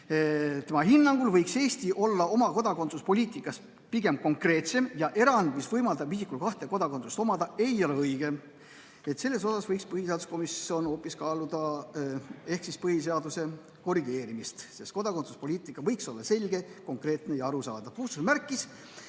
Minu hinnangul võiks Eesti olla oma kodakondsuspoliitikas pigem konkreetsem ja erand, mis võimaldab isikul kahte kodakondsust omada, ei ole õige. Selles osas võiks põhiseaduskomisjon kaaluda põhiseaduse korrigeerimist, sest kodakondsuspoliitika võiks olla selge, konkreetne ja arusaadav.